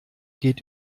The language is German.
geht